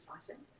exciting